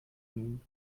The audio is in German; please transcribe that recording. nun